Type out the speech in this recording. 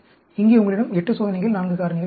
இங்கே உங்களிடம் 8 சோதனைகள் 4 காரணிகள் உள்ளன